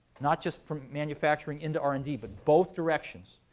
not just from manufacturing into r and d, but both directions.